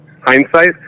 hindsight